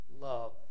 love